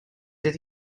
did